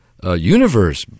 universe